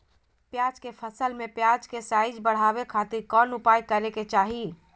प्याज के फसल में प्याज के साइज बढ़ावे खातिर कौन उपाय करे के चाही?